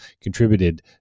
contributed